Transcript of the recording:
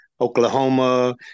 Oklahoma